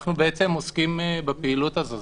אנחנו בעצם עוסקים בפעילות הזו.